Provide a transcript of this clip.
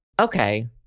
okay